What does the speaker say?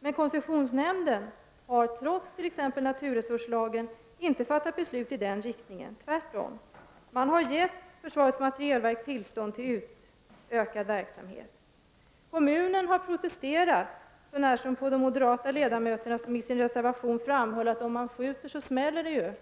Men koncessionsnämnden har trots t.ex. naturresurslagen inte fattat beslut i den riktningen. Tvärtom, man har gett försvarets materielverk tillstånd till utökad verksamhet. Kommunen har protesterat, så när som på de moderata ledamöterna, som i sin reservation framhöll att om man skjuter, så smäller det.